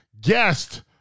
guest